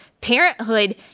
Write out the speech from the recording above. Parenthood